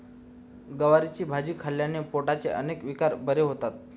गवारीची भाजी खाल्ल्याने पोटाचे अनेक विकार बरे होतात